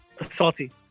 Salty